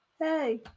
Hey